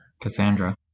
Cassandra